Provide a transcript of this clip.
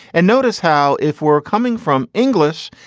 and notice how if we're coming from english,